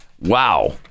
wow